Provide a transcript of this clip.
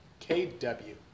KW